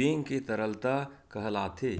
bank के तरलता कहलाथे